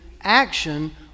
action